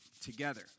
together